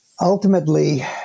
Ultimately